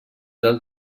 del